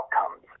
outcomes